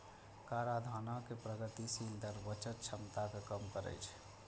कराधानक प्रगतिशील दर बचत क्षमता कें कम करै छै